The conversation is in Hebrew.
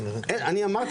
אני אמרתי,